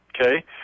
Okay